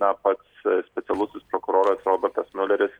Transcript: na pats specialusis prokuroras robertas miuleris